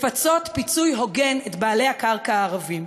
לפצות פיצוי הוגן את בעלי הקרקע הערבים.